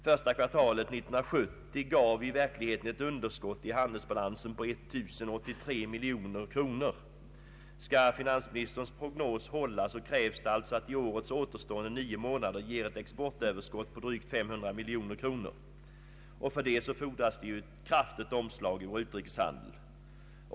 Första kvartalet 1970 gav i verkligheten ett underskott i handelsbalansen på 1083 miljoner kronor. Skall finansministerns prognos hålla krävs alltså att årets återstående nio månader ger ett exportöverskott på drygt 500 miljoner kronor. För detta fordras ett kraftigt omslag i vår utrikeshandel.